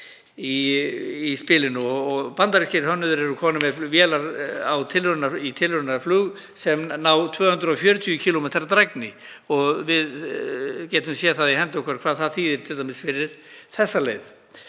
í spilinu. Bandarískir hönnuðir eru komnir með vélar í tilraunaflug sem ná 240 km flugdrægni. Við getum séð í hendi okkar hvað það þýðir t.d. fyrir þessa leið.